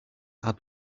are